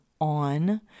on